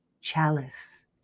chalice